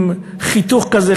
מקבלים עם חיתוך כזה,